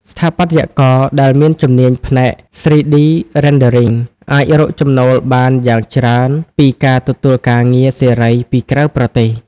ស្ថាបត្យករដែលមានជំនាញផ្នែក 3D Rendering អាចរកចំណូលបានយ៉ាងច្រើនពីការទទួលការងារសេរី ពីក្រៅប្រទេស។